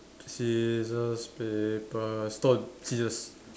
scissors paper stone scissors